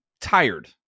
tired